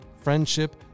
friendship